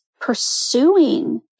pursuing